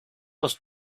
los